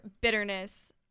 bitterness